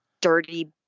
dirty